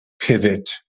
pivot